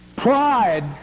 Pride